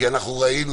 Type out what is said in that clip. כי ראינו,